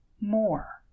more